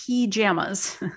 pajamas